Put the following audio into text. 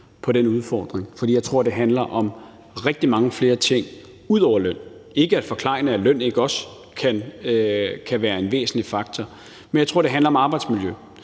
på den udfordring, for jeg tror, det handler om rigtig mange flere ting ud over løn. Det er ikke for at forklejne løn som en væsentlig faktor, men jeg tror, at det handler om arbejdsmiljø;